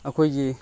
ꯑꯩꯈꯣꯏꯒꯤ